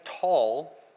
tall